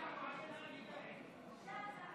אדוני היושב-ראש, חברי הכנסת, קודם כול,